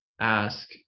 ask